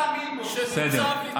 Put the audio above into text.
אל תאמין לו, בסדר.